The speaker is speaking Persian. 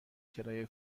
کرایه